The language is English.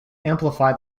amplify